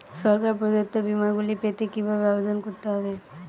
সরকার প্রদত্ত বিমা গুলি পেতে কিভাবে আবেদন করতে হবে?